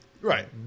Right